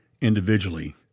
individually